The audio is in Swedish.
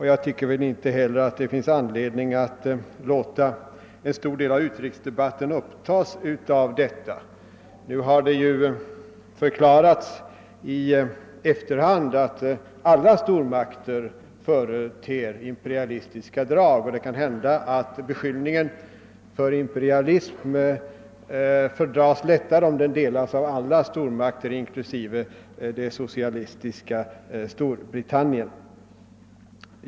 Det finns väl inte heller anledning att låta en stor del av utrikesdebatten upptas av diskussion om den saken. Nu har det ju i efterhand förklarats att alla stormakter företer imperialistiska drag, och det kan hända att beskyllning för imperialism fördras lättare om den delas av alla stormakter, inklusive det socialistiska Storbritannien.